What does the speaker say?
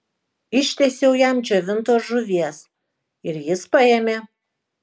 ištiesiau jam džiovintos žuvies ir jis paėmė